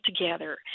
together